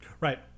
Right